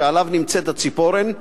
שעליו נמצאת הציפורן.